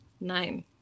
Nine